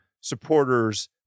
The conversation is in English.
supporters